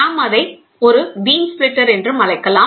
நாம் அதை ஒரு பீம் ஸ்ப்ளிட்டர் என்று அழைக்கலாம்